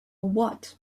what